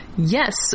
Yes